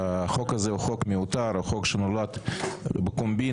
החוק הזה הוא חוק מיותר, חוק שנולד בקומבינה.